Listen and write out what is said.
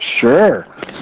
Sure